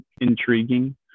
intriguing